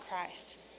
Christ